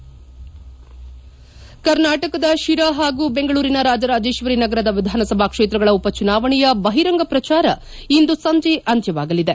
head ಕರ್ನಾಟಕದ ಶಿರಾ ಹಾಗೂ ಬೆಂಗಳೂರಿನ ರಾಜರಾಜೇಶ್ವರಿ ನಗರದ ವಿಧಾನಸಭಾ ಕ್ಷೇತ್ರಗಳ ಉಪಚುನಾವಣೆಯ ಬಹಿರಂಗ ಪ್ರಚಾರ ಇಂದು ಸಂಜೆ ಅಂತ್ಯವಾಗಲಿದೆ